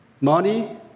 money